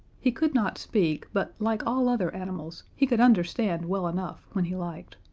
he could not speak, but like all other animals, he could understand well enough when he liked.